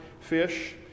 fish